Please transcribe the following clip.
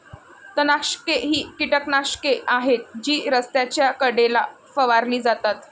तणनाशके ही कीटकनाशके आहेत जी रस्त्याच्या कडेला फवारली जातात